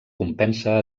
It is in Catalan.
compensa